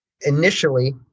initially